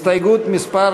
הסתייגות מס'